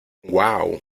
uau